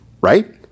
Right